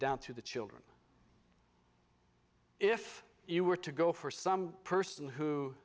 down to the children if you were to go for some person who